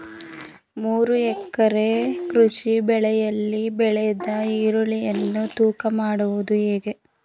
ಮೂರು ಎಕರೆ ಕೃಷಿ ಭೂಮಿಯಲ್ಲಿ ಬೆಳೆದ ಈರುಳ್ಳಿಯನ್ನು ತೂಕ ಮಾಡುವುದು ಹೇಗೆ?